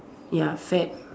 ya fad